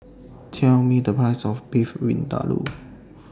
Tell Me The Price of Beef Vindaloo